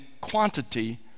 quantity